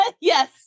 Yes